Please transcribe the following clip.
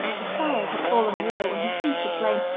the fire had fallen low and had ceased to flame,